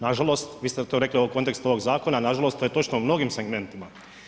Nažalost, vi ste to rekli u kontekstu ovog zakona, a nažalost to je točno u mnogim segmentima.